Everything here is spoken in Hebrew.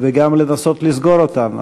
וגם לנסות לסגור אותן.